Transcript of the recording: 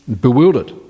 bewildered